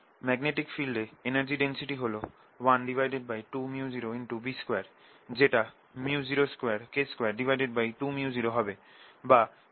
magnetic field এ energy density হল 12µ0B2 যেটা µ02K22µ0 হবে বা µ0K22